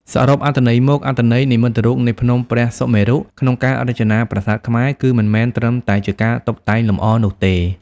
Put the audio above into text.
សរុបអត្ថន័យមក អត្ថន័យនិមិត្តរូបនៃភ្នំព្រះសុមេរុក្នុងការរចនាប្រាសាទខ្មែរ គឺមិនមែនត្រឹមតែជាការតុបតែងលម្អនោះទេ។